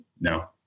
no